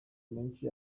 menshi